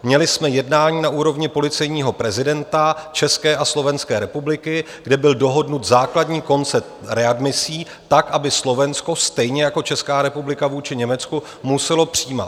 Měli jsme jednání na úrovni policejního prezidenta České a Slovenské republiky, kde byl dohodnut základní koncept readmisí tak, aby Slovensko stejně jako Česká republika vůči Německu muselo přijímat.